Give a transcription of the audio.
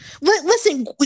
Listen